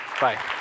Bye